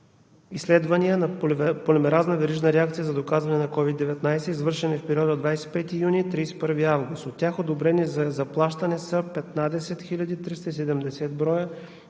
изследвания на полимеразна верижна реакция за доказване на COVID-19, извършени в периода 25 юни – 31 август 2020 г. От тях одобрени за заплащане са 15 хил. 370 броя